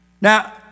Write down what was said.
Now